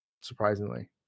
surprisingly